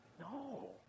No